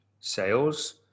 sales